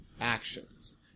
actions